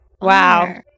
wow